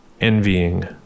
envying